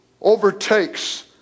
overtakes